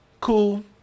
Cool